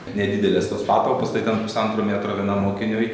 nedidelės tos patalpos tai ten pusantro metro vienam mokiniui